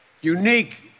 unique